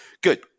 good